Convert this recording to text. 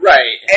Right